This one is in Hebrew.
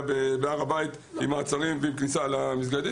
בהר הבית עם מעצרים וכניסה למסגדים.